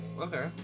Okay